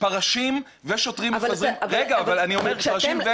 פרשים ושוטרים מפזרים --- אבל כשאתם גם